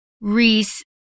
Reese